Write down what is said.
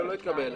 לא, זה לא התקבל.